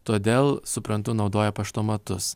todėl suprantu naudoja paštomatus